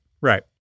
Right